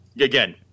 Again